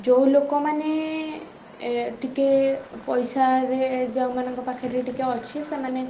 ଯେଉଁ ଲୋକମାନେ ଟିକେ ପଇସାରେ ଯେଉଁମାନଙ୍କ ପାଖରେ ଟିକେ ଅଛି ସେମାନେ